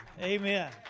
Amen